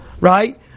right